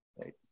Right